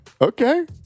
Okay